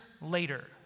later